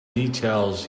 details